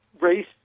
race